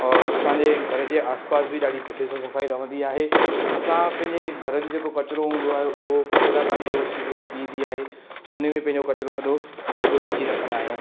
और असांजे घर जे आसपास बि ॾाढी सुठे सां सफ़ाई रवंदी आहे असां पंहिंजे घर जो जेको किचरो हूंदो आहे उहो किचरा गाॾी रोज़ु सुबुह जेकी ईंदी आहे उन में पंहिंजो किचरो सॼो घर जो विझी रखंदा आहियूं